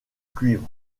cuivre